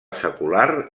secular